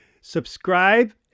subscribe